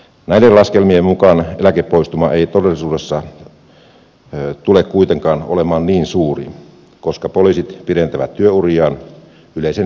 näiden laskelmien mukaan eläkepoistuma ei todellisuudessa tule kuitenkaan olemaan niin suuri koska poliisit pidentävät työuriaan yleisen linjauksen mukaisesti